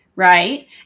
Right